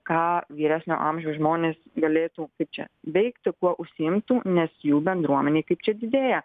ką vyresnio amžiaus žmonės galėtų kaip čia veikti kuo užsiimti nes jų bendruomenė kaip čia didėja